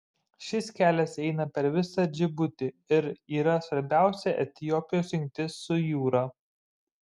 šis kelias eina per visą džibutį ir yra svarbiausia etiopijos jungtis su jūra